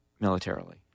militarily